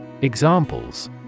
Examples